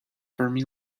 fermi